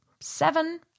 seven